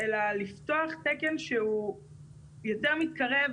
אלא לפתוח דגם שהוא יותר מתקרב